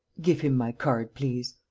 give him my card, please.